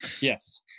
Yes